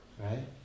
Right